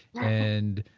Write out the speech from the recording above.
and,